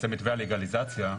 מתווה הלגליזציה,